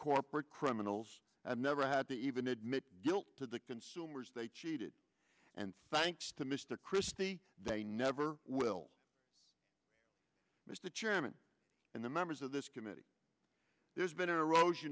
corporate criminals and never had to even admit guilt to the consumers they cheated and thanks to mr christie they never will miss the chairman and the members of this committee there's been an eros